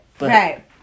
Right